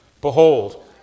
Behold